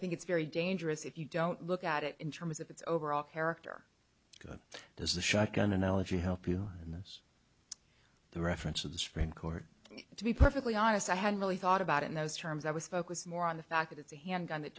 think it's very dangerous if you don't look at it in terms of its overall character but this is a shotgun analogy help you in this the reference to the supreme court to be perfectly honest i hadn't really thought about it in those terms i was focused more on the fact that it's a handgun